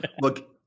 Look